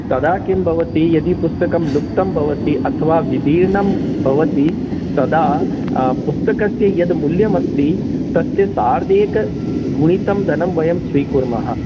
तदा किं भवति यदि पुस्तकं लुप्तं भवति अथवा विदीर्णं भवति तदा पुस्तकस्य यद्मूल्यम् अस्ति तस्य सार्ध्येकगुणितं धनं वयं स्वीकुर्मः